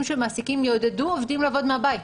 שמעסיקים יעודדו עובדים לעבוד מהבית.